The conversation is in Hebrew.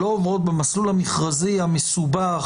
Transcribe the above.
שלא עוברות במסלול המכרזי המסובך,